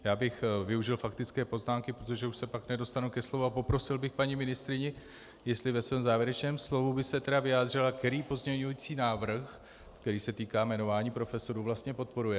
Já bych využil faktické poznámky, protože už se pak nedostanu ke slovu, a poprosil bych paní ministryni, jestli by se ve svém závěrečném slovu vyjádřila, který pozměňovací návrh, který se týká jmenování profesorů, vlastně podporuje.